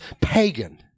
pagan